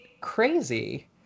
crazy